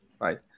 right